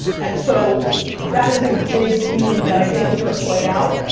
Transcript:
and so that is a big theme that i think is gonna play out.